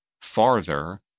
farther